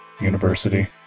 university